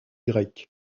grecque